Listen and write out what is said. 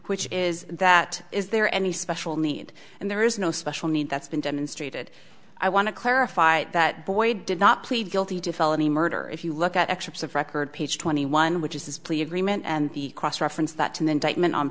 which is that is there any special need and there is no special need that's been demonstrated i want to clarify that boyd did not plead guilty to felony murder if you look at excerpts of record page twenty one which is his plea agreement and cross reference